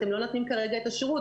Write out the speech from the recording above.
אתם לא נותנים כרגע את השירות.